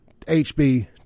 HB